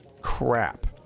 crap